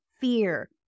fear